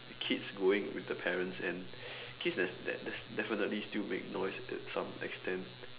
kids going with the parents and kids there's that that's definitely still make noise at some extent